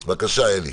בבקשה, אלי.